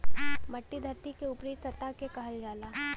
मट्टी धरती के ऊपरी सतह के कहल जाला